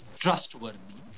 trustworthy